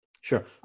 Sure